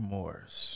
Morris